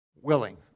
willing